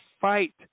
fight